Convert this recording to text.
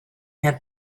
have